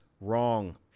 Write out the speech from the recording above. wrong